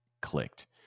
clicked